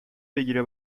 بگیره